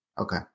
Okay